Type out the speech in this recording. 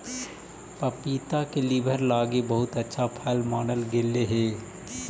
पपीता के लीवर लागी बहुत अच्छा फल मानल गेलई हे